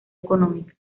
económica